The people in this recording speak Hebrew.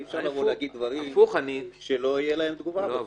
אי אפשר להגיד דברים שלא תהיה להם תגובה בסוף.